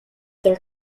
their